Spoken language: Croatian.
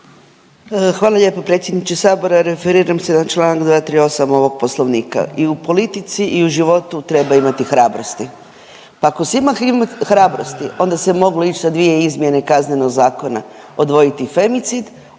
Hvala lijepo predsjedniče Sabora, referiram se na čl. 238 ovog Poslovnika. I u politici i u životu treba imati hrabrosti. Pa ako se ima hrabrosti, onda se moglo ići sa dvije izmjene Kaznenog zakona, odvojiti femicid